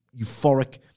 euphoric